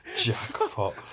Jackpot